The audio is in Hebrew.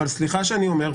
אבל סליחה שאני אומר,